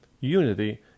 unity